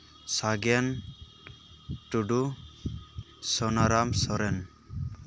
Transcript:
ᱥᱟᱜᱮᱱ ᱴᱩᱰᱩ ᱥᱩᱱᱟᱨᱟᱢ ᱥᱚᱨᱮᱱ